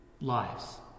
lives